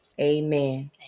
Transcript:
amen